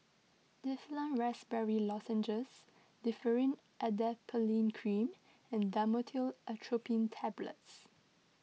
Difflam Raspberry Lozenges Differin Adapalene Cream and Dhamotil Atropine Tablets